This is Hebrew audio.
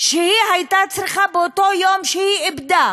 שהיא הייתה צריכה, באותו יום שהיא איבדה